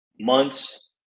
months